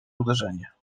uderzenie